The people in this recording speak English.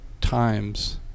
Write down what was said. times